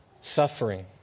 suffering